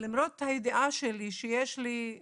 למרות הידיעה שיש לי את